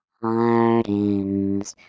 hardens